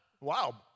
wow